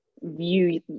view